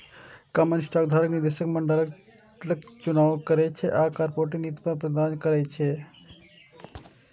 common stock धारक निदेशक मंडलक चुनाव करै छै आ कॉरपोरेट नीति पर मतदान करै छै